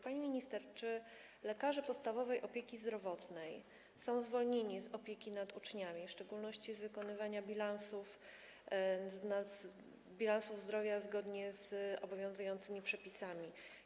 Pani minister, czy lekarze podstawowej opieki zdrowotnej są zwolnieni z opieki nad uczniami, w szczególności z wykonywania bilansów zdrowia zgodnie z obowiązującymi przepisami?